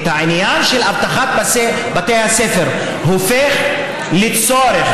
את העניין של אבטחת בתי הספר הופך לצורך,